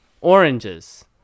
oranges